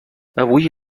avui